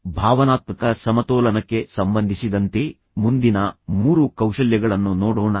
ಈಗ ಭಾವನಾತ್ಮಕ ಸಮತೋಲನಕ್ಕೆ ಸಂಬಂಧಿಸಿದಂತೆ ಮುಂದಿನ 3 ಕೌಶಲ್ಯಗಳನ್ನು ನೋಡೋಣ